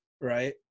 right